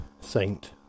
saint